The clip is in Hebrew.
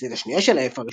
במחצית השנייה של האלף